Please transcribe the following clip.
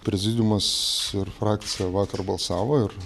prezidiumas ir frakcija vakar balsavo ir